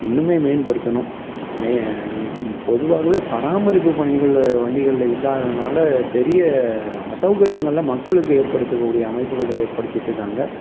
இன்னுமே மேம்படுத்தணும் மே பொதுவாகவே பராமரிப்பு பணிகள் வண்டிகளில் இல்லாததினால பெரிய அசௌகரியங்களெலாம் மக்களுக்கு ஏற்படுத்த கூடிய அமைப்புகளை ஏற்படுத்திட்டு இருக்காங்க